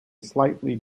slightly